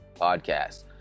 Podcast